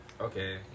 Okay